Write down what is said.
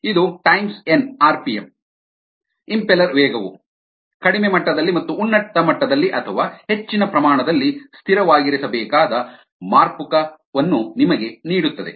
ಇದು times N RPM impeller ವೇಗವು ಕಡಿಮೆ ಮಟ್ಟದಲ್ಲಿ ಮತ್ತು ಉನ್ನತ ಮಟ್ಟದಲ್ಲಿ ಅಥವಾ ಹೆಚ್ಚಿನ ಪ್ರಮಾಣದಲ್ಲಿ ಸ್ಥಿರವಾಗಿರಿಸಬೇಕಾದ ಮಾರ್ಪುಕ ವನ್ನು ನಿಮಗೆ ನೀಡುತ್ತದೆ